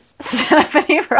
Stephanie